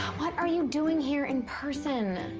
what are you doing here in person?